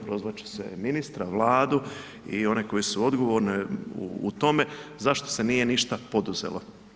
Prozvat će se ministra, Vladu i one koji su odgovorni u tome zašto se nije ništa poduzelo.